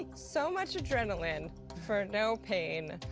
so much adrenaline for no pain.